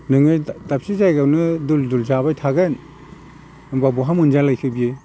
नोङो दाबसे जायगायावनो दुल दुल जाबाय थागोन होनबा बहा मोनजालायखो बियो